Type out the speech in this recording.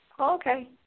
Okay